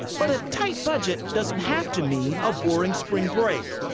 but a tight budget doesn't have to mean a boring spring break.